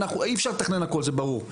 אי אפשר לתכנן הכל זה ברור.